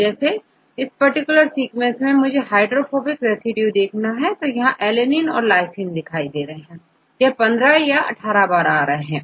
जैसे इस particular sequence मैं मुख्यतः हाइड्रोफोबिक रेसिड्यूज ala ninelysineदिखाई दे रहे हैं यह 15 बार18 बार तक है